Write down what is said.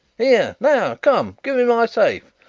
here now, come give me my safe.